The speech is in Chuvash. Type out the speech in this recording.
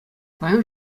паян